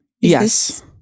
Yes